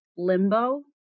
Limbo